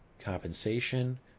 compensation